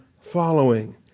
following